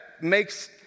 makes